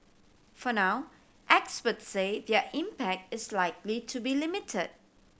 for now experts say their impact is likely to be limited